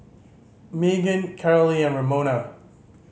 Maegan Carolee and Ramona